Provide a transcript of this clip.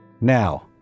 Now